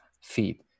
feed